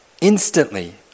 instantly